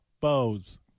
bows